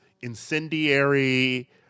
incendiary